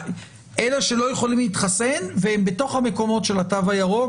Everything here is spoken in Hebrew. אלה שלא יכולים להתחסן והם בתוך המקומות של התו הירוק,